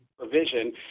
provision